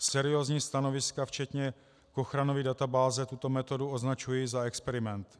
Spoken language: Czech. Seriózní stanoviska včetně ochrany databáze tuto metodu označují za experiment.